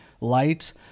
light